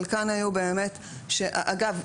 אגב,